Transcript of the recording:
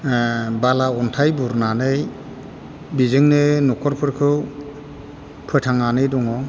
बाला अन्थाय बुरनानै बेजोंनो न'खरफोरखौ फोथांनानै दङ